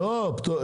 כן.